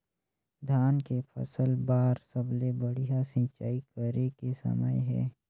धान के फसल बार सबले बढ़िया सिंचाई करे के समय हे?